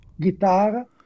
guitar